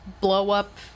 blow-up